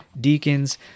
deacons